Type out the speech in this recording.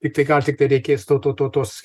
tiktai gal tiktai reikės to to to tos